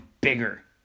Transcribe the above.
bigger